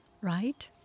Right